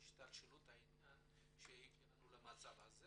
להשתלשלות העניינים שהגענו למצב הזה